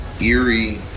eerie